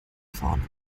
vorne